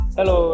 Hello